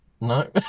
No